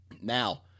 Now